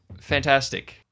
Fantastic